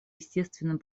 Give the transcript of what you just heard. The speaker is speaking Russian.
естественным